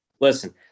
Listen